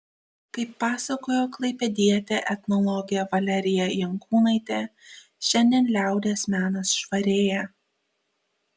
kaip pasakojo klaipėdietė etnologė valerija jankūnaitė šiandien liaudies menas švarėja